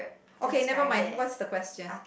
okay nevermind what's the question